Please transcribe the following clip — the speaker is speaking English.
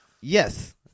Yes